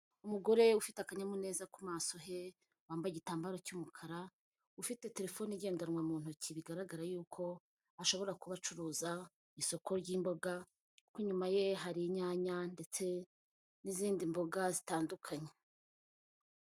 Umugore ufite akanyamuneza ku maso he, wambaye igitambaro cy'umukara, ufite telefone igendanwa mu ntoki, bigaragara yuko ashobora kuba acuruza isoko ry'imboga, ko inyuma ye hari inyanya, ndetse n'izindi mboga zitandukanye.